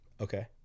okay